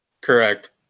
Correct